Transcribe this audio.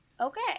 Okay